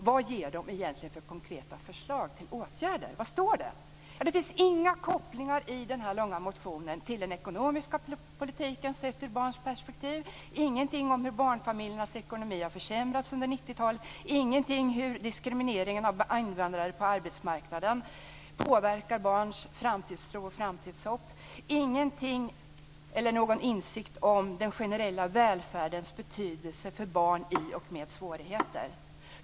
Vad ger den egentligen för konkreta förslag till åtgärder? Vad står det? Det finns inga kopplingar i den här långa motionen till den ekonomiska politiken sett ur barns perspektiv, ingenting om hur barnfamiljernas ekonomi har försämrats under 90-talet, ingenting om hur diskrimineringen av invandrare på arbetsmarknaden påverkar barns framtidstro och framtidshopp, inte någon insikt om den generella välfärdens betydelse för barn med och i svårigheter.